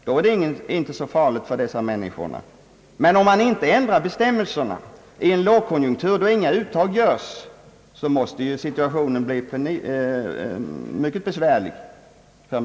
Då är det inte så farligt för dem som är berörda, men om man inte ändrar bestämmelserna i en lågkonjunktur, då inga uttag görs, blir situationen besvärlig.